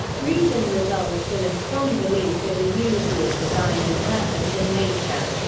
reason results in a strong belief in the unity of design and purpose in nature.